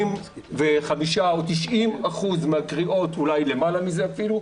85% או 90% מהקריאות או למעלה מזה אפילו,